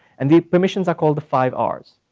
and the permissions i called the five um rs.